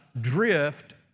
drift